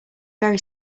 very